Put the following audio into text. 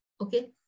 Okay